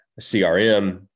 CRM